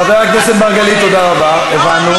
חבר הכנסת מרגלית, תודה רבה, הבנו.